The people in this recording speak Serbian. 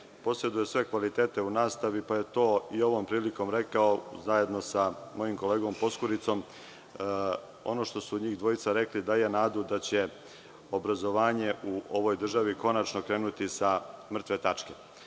poseduje sve kvalitete u nastavi, pa je to i ovom prilikom rekao zajedno sa mojim kolegom Poskuricom. Ono što su njih dvojica rekli daje nadu da će obrazovanje u ovoj državi konačno krenuti sa mrtve tačke. Vrlo